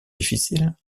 difficiles